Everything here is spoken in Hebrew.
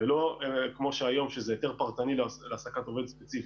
ולא כמו שהיום שזה היתר פרטני להעסקת עובד ספציפי,